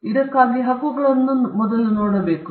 ಇದಕ್ಕಾಗಿ ಹಕ್ಕುಗಳನ್ನು ನಾವು ಮೊದಲು ನೋಡಬೇಕು